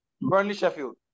Burnley-Sheffield